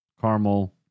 caramel